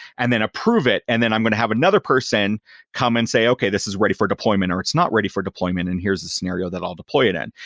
and then approve it and then i'm going to have another person come and say, okay, this is ready for deployment, or it's not ready for deployment, and here's the scenario that i'll deploy it in.